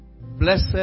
Blessed